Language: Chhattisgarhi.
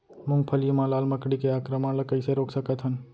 मूंगफली मा लाल मकड़ी के आक्रमण ला कइसे रोक सकत हन?